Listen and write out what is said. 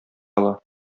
ала